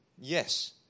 Yes